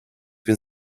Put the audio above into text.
been